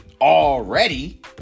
Already